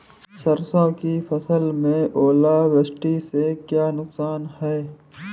सरसों की फसल में ओलावृष्टि से क्या नुकसान है?